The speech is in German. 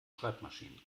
schreibmaschinen